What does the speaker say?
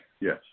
yes